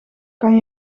kan